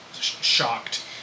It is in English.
shocked